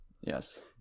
Yes